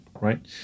Right